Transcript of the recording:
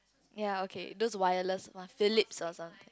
ya okay those wireless mah Philips also